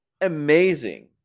amazing